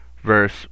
verse